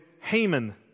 Haman